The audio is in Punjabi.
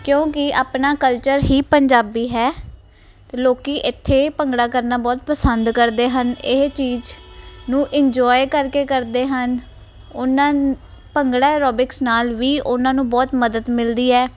ਕਿਉਂਕਿ ਆਪਣਾ ਕਲਚਰ ਹੀ ਪੰਜਾਬੀ ਹੈ ਤੇ ਲੋਕੀ ਇੱਥੇ ਭੰਗੜਾ ਕਰਨਾ ਬਹੁਤ ਪਸੰਦ ਕਰਦੇ ਹਨ ਇਹ ਚੀਜ਼ ਨੂੰ ਇੰਜੋਏ ਕਰਕੇ ਕਰਦੇ ਹਨ ਉਹਨਾਂ ਭੰਗੜਾ ਰੋਬਿਕਸ ਨਾਲ ਵੀ ਉਹਨਾਂ ਨੂੰ ਬਹੁਤ ਮਦਦ ਮਿਲਦੀ ਹੈ